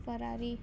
Ferrari